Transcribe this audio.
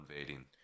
invading